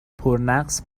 پرنقص